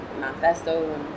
manifesto